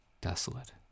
desolate